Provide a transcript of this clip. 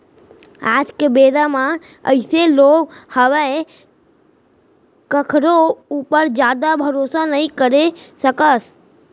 आज के बेरा म अइसे होगे हावय कखरो ऊपर जादा भरोसा नइ करे सकस